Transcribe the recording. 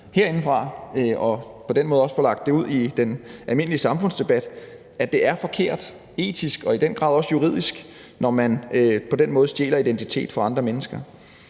herindefra at få fortalt vores unge mennesker, at det er forkert etisk og i den grad også juridisk, når man på den måde stjæler identiteten fra andre mennesker